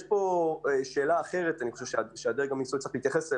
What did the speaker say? יש שאלה אחרת שהדרג המקצועי צריך להתייחס אליה: